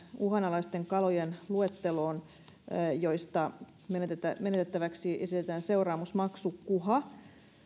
uhanalaisten kalojen luetteloon joista esitetään menetettäväksi seuraamusmaksu kuha